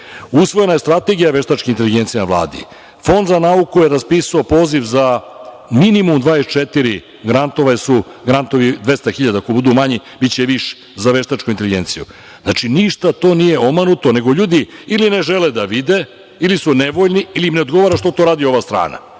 Usvojena je Strategija veštačke inteligencije na Vladi. Fond za nauku je raspisao poziv za minimum 24 grantove su, grantovi 200.000. Ako budu manji biće više za veštačku inteligenciju. Znači, ništa to nije omanuto, nego ljudi ili ne žele da vide ili su nevoljni ili im ne odgovara što to radi ova strana.